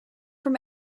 from